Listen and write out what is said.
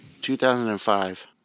2005